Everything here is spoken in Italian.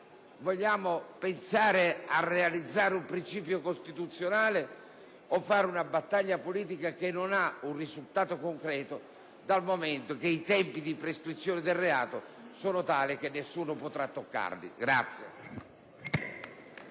vogliamo pensare a realizzare un principio costituzionale o fare una battaglia politica che non ha un risultato concreto dal momento che i tempi di prescrizione del reato sono tali che nessuno potrà toccarli? Vi